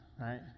right